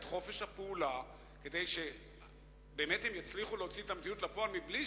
את חופש הפעולה כדי שבאמת הם יצליחו להוציא את המדיניות לפועל מבלי